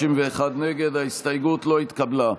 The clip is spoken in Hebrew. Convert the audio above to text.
הסתייגות 87 לא נתקבלה.